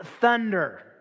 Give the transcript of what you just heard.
thunder